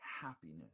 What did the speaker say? happiness